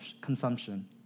consumption